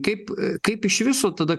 kaip kaip iš viso tada